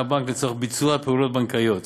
הבנק לצורך ביצוע פעולות בנקאיות.